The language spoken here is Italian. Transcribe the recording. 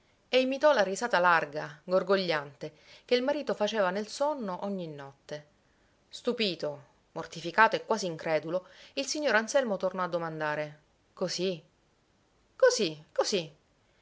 e imitò la risata larga gorgogliante che il marito faceva nel sonno ogni notte stupito mortificato e quasi incredulo il signor anselmo tornò a domandare così così così